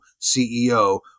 CEO